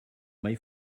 may